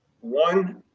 One